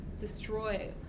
destroy